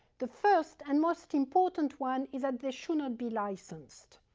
the first and most important one is that they should not be licensed.